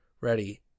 Ready